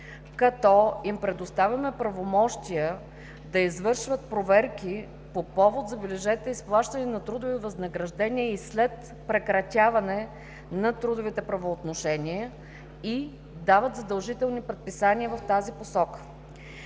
като им предоставяме правомощия да извършват проверки по повод, забележете, изплащане на трудови възнаграждения и след прекратяване на трудовите правоотношения и дават задължителни предписания в тази посока.